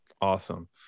Awesome